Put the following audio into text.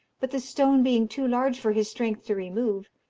but the stone being too large for his strength to remove,